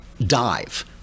dive